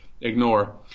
ignore